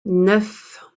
neuf